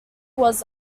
was